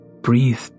breathe